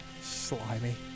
slimy